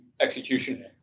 execution